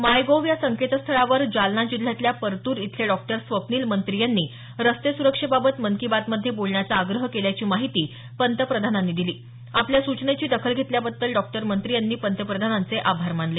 माय gov या संकेतस्थळावर जालना जिल्ह्यातल्या परतूर इथले डॉक्टर स्वप्नील मंत्री यांनी रस्ते सुरक्षेबाबत मन की बात मध्ये बोलण्याचा आग्रह केल्याची माहिती पंतप्रधानांनी दिली आपल्या सूचनेची दखल घेतल्याबद्दल डॉ मंत्री यांनी पंतप्रधानांचे आभार मानले